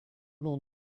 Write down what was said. long